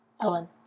Ellen